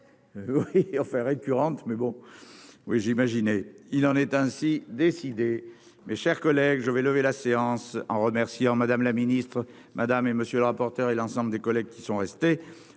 Oui enfin récurrente mais bon oui j'imaginais, il en est ainsi décidé, mes chers collègues, je vais lever la séance en remerciant Madame la ministre madame et monsieur le rapporteur et l'ensemble des collègues qui sont restés